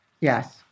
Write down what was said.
Yes